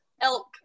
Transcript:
Elk